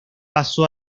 pasó